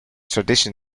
tradition